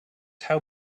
how